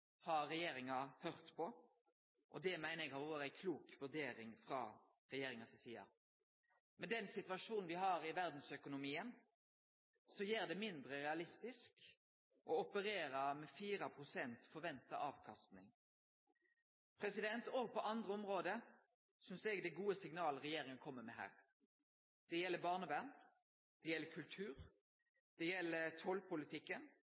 har regjeringa høyrt på, og det meiner eg har vore ei klok vurdering frå regjeringa si side. Den situasjonen me har i verdsøkonomien, gjer det mindre realistisk å operere med 4 pst. forventa avkastning. Òg på andre område synest eg det er gode signal regjeringa kjem med her: Det gjeld barnevern, det gjeld kultur, det gjeld tollpolitikken